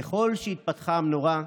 ככל שהתפתחה המנורה,